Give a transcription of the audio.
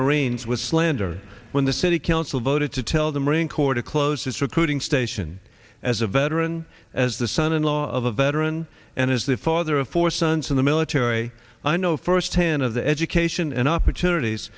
marines with slander when the city council voted to tell the marine corps to close its recruiting station as a veteran as the son in law of a veteran and as the father of four sons in the military i know firsthand of the educate and opportunities